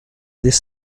this